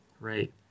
Right